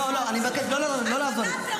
לא, לא, אני מבקש לא לעזור לי.